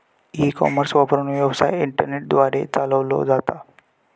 E commerce वापरून, व्यवसाय internet द्वारे चालवलो जाता